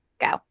go